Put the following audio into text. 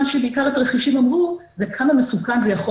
מה שהתרחישים אמרו בעיקר זה כמה מסוכן זה יכול